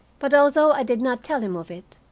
but although i did not tell him of it,